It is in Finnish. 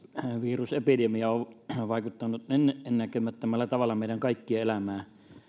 koronavirusepidemia on vaikuttanut ennennäkemättömällä tavalla meidän kaikkien elämään